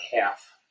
half